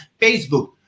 Facebook